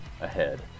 ahead